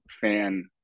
fan